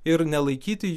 ir nelaikyti